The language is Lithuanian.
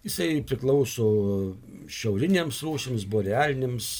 jisai priklauso šiaurinėms rūšims borealinėms